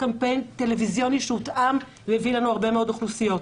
קמפיין טלוויזיוני שהותאם והביא לנו הרבה מאוד אוכלוסיות.